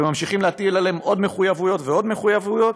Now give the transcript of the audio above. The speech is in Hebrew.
וממשיכים להטיל עליהם עוד מחויבויות ועוד מחויבויות,